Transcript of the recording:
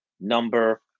number